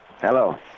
Hello